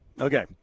Okay